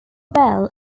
bell